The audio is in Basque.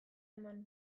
eman